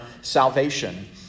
salvation